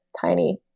tiny